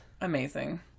Amazing